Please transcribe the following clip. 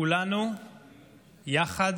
כולנו יחד